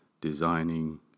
designing